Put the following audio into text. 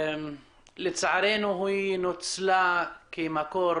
בתקווה שגם האמצעי הזה והמשאב החשוב הזה ינוצל יותר טוב.